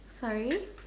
sorry